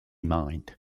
mind